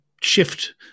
shift